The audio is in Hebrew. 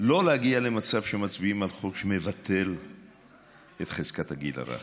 לא להגיע למצב שמצביעים על חוק שמבטל את חזקת הגיל הרך.